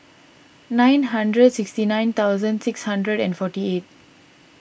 nine hundred sixty nine thousand six hundred and forty eight